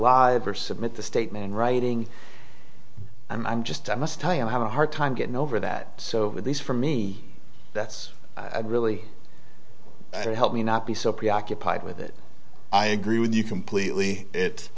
live or submit the statement in writing and i'm just i must tell you i have a hard time getting over that so at least for me that's really help me not be so preoccupied with it i agree with you completely it